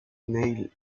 neil